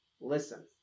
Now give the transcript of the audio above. Listen